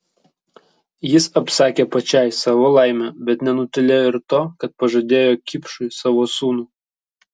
jis apsakė pačiai savo laimę bet nenutylėjo ir to kad pažadėjo kipšui savo sūnų